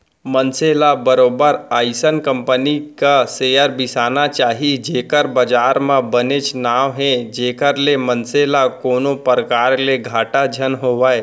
मनसे ल बरोबर अइसन कंपनी क सेयर बिसाना चाही जेखर बजार म बनेच नांव हे जेखर ले मनसे ल कोनो परकार ले घाटा झन होवय